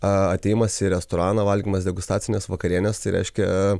atėjimas į restoraną valgymas degustacinės vakarienės tai reiškia